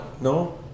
No